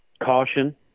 caution